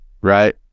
right